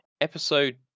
episode